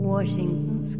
Washington